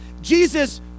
Jesus